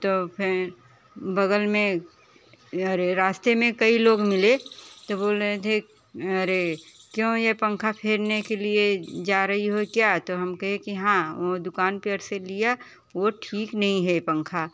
तो फिर बगल में अरे रास्ते में कई लोग मिले तो बोल रहे थे अरे क्यों ये पंखा फेरने के लिए जा रही हो क्या तो हम कहे की हाँ वो दुकान पर से लिया वो ठीक नहीं है पंखा